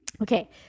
okay